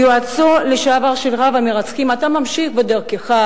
יועצו לשעבר של רב-המרצחים: אתה ממשיך בדרכך